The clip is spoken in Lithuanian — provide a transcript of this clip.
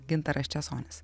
gintaras česonis